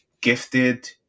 gifted